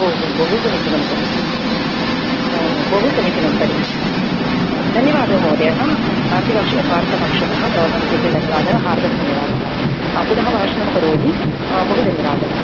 बहु समीचीनं तर्हि बहु समीचीनं तर्हि धन्यवादः महोदयः बारतिपक्ष वार्तापक्षतः भवतां कृते धन्यवादः हार्दं धन्यवादः पुनः भाषणं करोमि बहु धन्यवादः